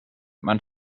man